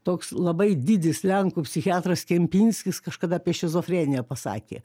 toks labai didis lenkų psichiatras kempinskis kažkada apie šizofreniją pasakė